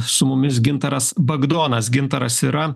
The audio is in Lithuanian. su mumis gintaras bagdonas gintaras yra